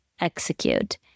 execute